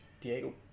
Diego